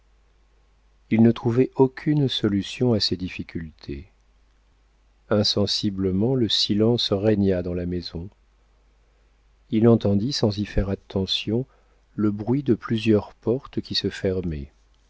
il ne trouvait aucune solution à ces difficultés insensiblement le silence régna dans la maison il entendit sans y faire attention le bruit de plusieurs portes qui se fermaient